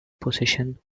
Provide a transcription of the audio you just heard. possession